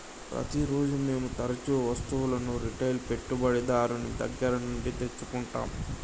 ప్రతిరోజూ మేము తరుచూ వస్తువులను రిటైల్ పెట్టుబడిదారుని దగ్గర నుండి తెచ్చుకుంటం